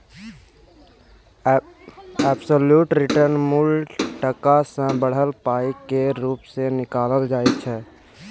absolute return मुल टका सँ बढ़ल पाइ केर रुप मे निकालल जाइ छै